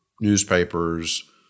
newspapers